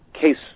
case